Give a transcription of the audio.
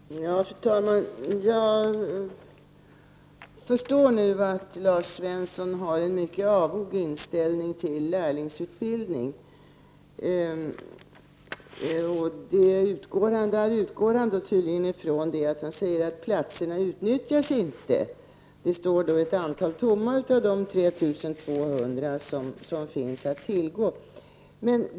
Fru talman! Jag förstår nu att Lars Svensson har en mycket avog inställning till lärlingsutbildning. Han utgår tydligen ifrån att platserna inte utnyttjas. Ett visst antal platser står tomma av de 3 200 som finns att tillgå.